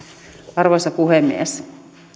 arvoisa puhemies